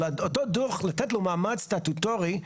אותו דוח, לתת לו מעמד סטטוטורי,